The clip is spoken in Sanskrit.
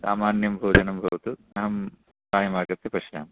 सामान्यं भोजनं भवतु अहं सायम् आगत्य पश्यामि